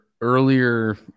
earlier